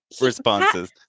responses